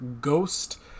ghost